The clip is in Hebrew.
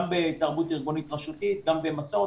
גם בתרבות ארגונית-רשותית, גם במסורת.